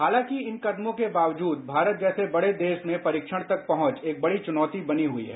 हालांकि इन कदमों के बावजूद भारत जैसे बढ़े देश में परीक्षण तक पहुंच एक बढ़ी चुनौती बनी हुई है